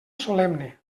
solemne